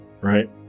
right